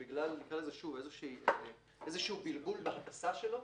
רק בגלל בלבול בהטסה שלו.